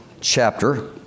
chapter